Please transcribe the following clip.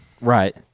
Right